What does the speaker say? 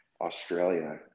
Australia